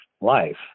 life